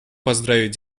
поздравить